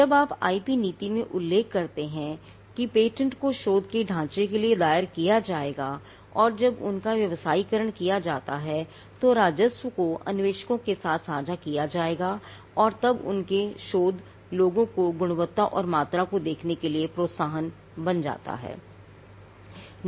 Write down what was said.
जब आप आईपी नीति में उल्लेख करते हैं कि पेटेंट को शोध के ढाँचे के लिए दायर किया जाएगा और जब उनका व्यावसायीकरण किया जाता है तो राजस्व को अन्वेषकों के साथ साझा किया जाएगा तब उनके शोध लोगों को गुणवत्ता और मात्रा को देखने के लिए एक प्रोत्साहन बन जाता है